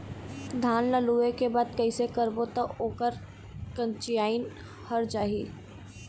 धान ला लुए के बाद कइसे करबो त ओकर कंचीयायिन हर जाही?